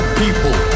people